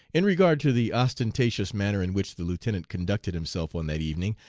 in regard to the ostentatious manner in which the lieutenant conducted himself on that evening,